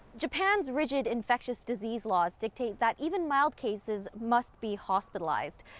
japan's rigid infectious disease law dictates that even mild cases must be hospitalized.